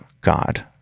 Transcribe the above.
God